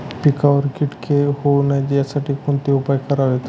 पिकावर किटके होऊ नयेत यासाठी कोणते उपाय करावेत?